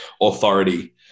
authority